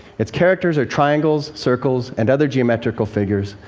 its characters are triangles, circles and other geometrical figures,